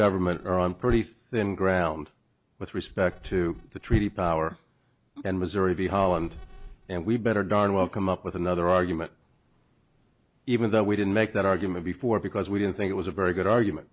government are on pretty thin ground with respect to the treaty power and missouri v holland and we better darn well come up with another argument even though we didn't make that argument before because we didn't think it was a very good argument